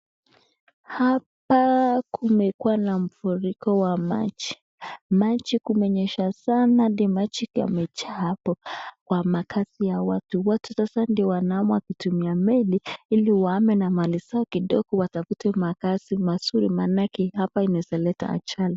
Hapa kumekuwa na mfuriko wa maji. Maji, kumenyesha sana hadi maji yamejaa hapo, kwa makazi ya watu. Watu sasa ndio wanahama wakitumia meli, ili wahame na mali zao kidogo watafute makazi mazuri manake hapa inaweza leta ajali.